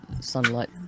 sunlight